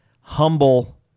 humble